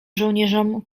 żołnierzom